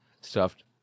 stuffed